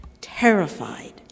Terrified